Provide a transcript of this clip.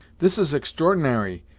this is extr'ornary!